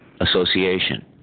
association